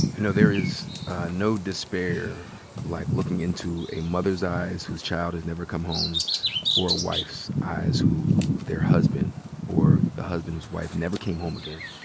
you know, there is no despair like looking into a mother's eyes whose child has never come home or a wife's eyes who their hundred or the husband's wife never came home again.